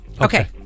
Okay